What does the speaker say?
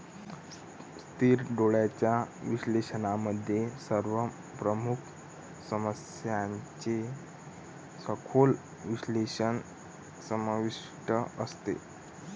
स्थिर डोळ्यांच्या विश्लेषणामध्ये सर्व प्रमुख समस्यांचे सखोल विश्लेषण समाविष्ट असते